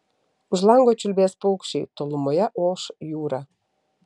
už lango čiulbės paukščiai tolumoje oš jūra